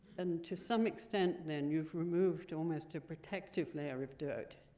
and to some extent then, you've removed almost a protective layer of dirt,